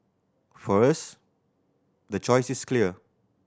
for us the choice is clear